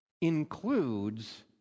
includes